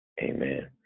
Amen